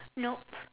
nope